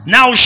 Now